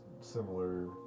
similar